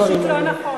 זה פשוט לא נכון.